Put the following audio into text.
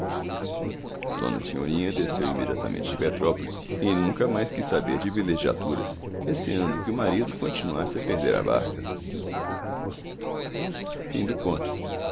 senhorinha desceu imediatamente de petrópolis e nunca mais quis saber de vilegiaturas receando que o marido continuasse a perder a barca leandrinho o